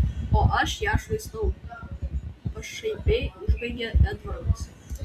o aš ją švaistau pašaipiai užbaigė edvardas